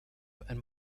and